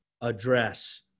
address